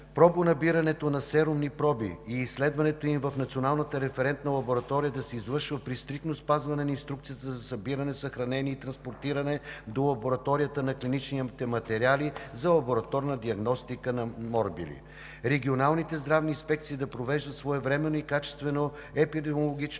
пробонабирането на серумни проби и изследването им в Националната референтна лаборатория да се извършва при стриктно спазване на инструкцията за събиране, съхранени и транспортиране до лабораторията на клиничните материали за лабораторна диагностика на морбили; - регионалните здравни инспекции да провеждат своевременно и качествено епидемиологично